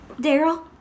Daryl